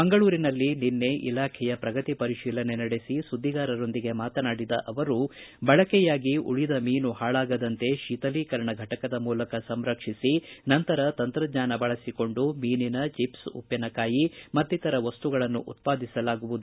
ಮಂಗಳೂರಿನಲ್ಲಿ ನಿನ್ನೆ ಇಲಾಖೆಯ ಪ್ರಗತಿ ಪರಿಶೀಲನೆ ನಡೆಸಿ ಸುದ್ದಿಗಾರರೊಂದಿಗೆ ಮಾತನಾಡಿದ ಅವರು ಬಳಕೆಯಾಗಿ ಉಳಿದ ಮೀನು ಹಾಳಾಗದಂತೆ ಶೀತಲೀಕರಣ ಫಟಕದ ಮೂಲಕ ಸಂರಕ್ಷಿಸಿ ನಂತರ ತಂತ್ರಜ್ವಾನ ಬಳಸಿಕೊಂಡು ಮೀನಿನ ಚಿಪ್ಸ ಉಪ್ಪಿನಕಾಯಿ ಮತ್ತಿತರ ವಸ್ತುಗಳನ್ನು ಉತ್ತಾದಿಸಲಾಗುವುದು